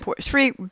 three